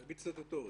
תאגיד סטטוטורי.